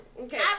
Okay